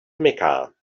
mecca